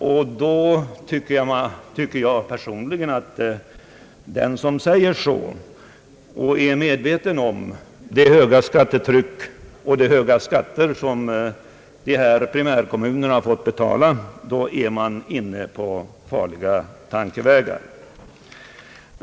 Jag tyc ker personligen att den som säger så och är medveten om det höga skattetrycket och de höga skatter som primärkommunerna har att erlägga därigenom är inne på farliga tankebanor.